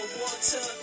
water